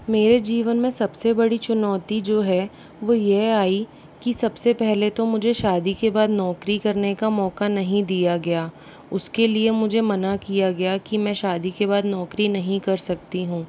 मेरे जीवन में सबसे बड़ी चुनौती जो है वह यह आई कि सबसे पहले तो मुझे शादी के बाद नौकरी करने का मौका नहीं दिया गया उसके लिए मुझे मना किया गया कि मैं शादी के बाद नौकरी नहीं कर सकती हूँ